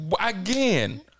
again